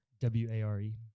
W-A-R-E